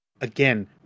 Again